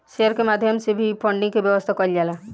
share के माध्यम से भी फंडिंग के व्यवस्था कईल जाला